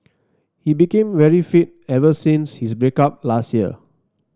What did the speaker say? he became very fit ever since his break up last year